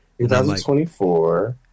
2024